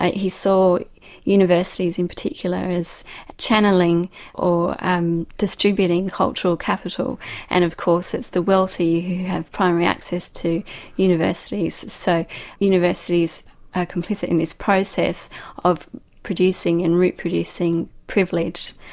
and he saw universities in particular as channelling or um distributing cultural capital and of course it's the wealthy who have primary access to universities, so universities are complicit in this process of producing and reproducing privilege.